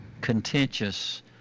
contentious